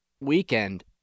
weekend